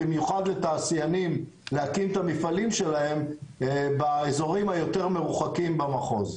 במיוחד לתעשיינים להקים את המפעלים שלהם באזורים היותר מרוחקים במחוז.